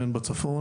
הן בצפון,